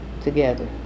together